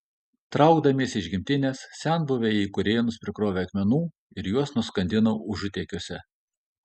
traukdamiesi iš gimtinės senbuviai į kurėnus prikrovė akmenų ir juos nuskandino užutėkiuose